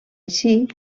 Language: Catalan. així